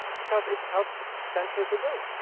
because it helped centuries ago.